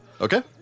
Okay